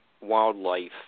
wildlife